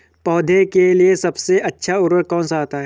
पौधे के लिए सबसे अच्छा उर्वरक कौन सा होता है?